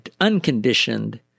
unconditioned